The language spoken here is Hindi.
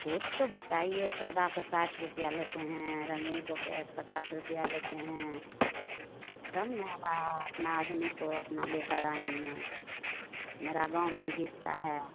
कुछ तो बताइए सादा का साठ रुपये लेते हैं रंगीन को पचास रुपये लेते हैं तब ना हम अपना आदमी को अपना लेकर आएँगे मेरा गाँव भी गिकता है